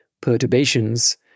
perturbations